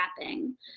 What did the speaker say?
wrapping